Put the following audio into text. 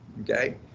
Okay